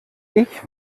ich